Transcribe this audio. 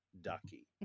Ducky